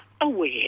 aware